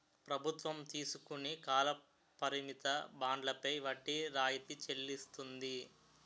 ప్రభుత్వం తీసుకుని కాల పరిమిత బండ్లపై వడ్డీ రాయితీ చెల్లిస్తుంది